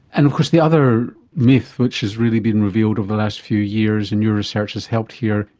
and of course the other myth which has really been revealed over the last few years, and your research has helped here,